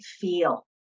feel